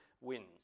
wins